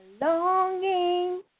longing